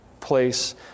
place